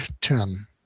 ten